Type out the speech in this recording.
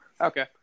Okay